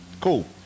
Cool